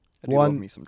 One